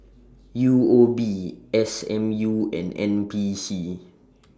U O B S M U and N P C